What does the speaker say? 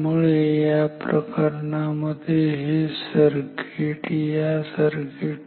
त्यामुळे त्या प्रकरणांमध्ये हे सर्किट या सर्किट